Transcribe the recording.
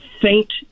faint